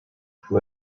who